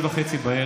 ב-20:30,